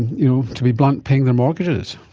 you know to be blunt, paying their mortgages?